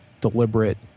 deliberate